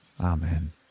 Amen